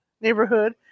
neighborhood